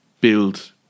build